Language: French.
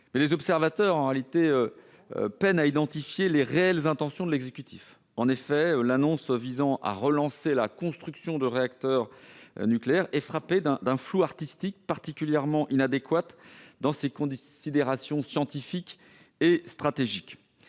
les observateurs peinent à identifier les réelles intentions de l'exécutif. En effet, l'annonce d'une relance de la construction de réacteurs est frappée d'un flou artistique particulièrement inadéquat dans ses considérations scientifiques et stratégiques.